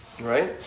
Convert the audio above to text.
right